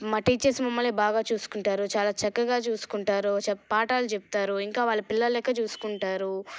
మా టీచర్స్ మమ్మల్ని బాగా చూసుకుంటారు చాలా చక్కగా చూసుకుంటారు చెప పాఠాలు చెప్తారు ఇంకా వాళ్ళ పిల్లలలెక్క చూసుకుంటారు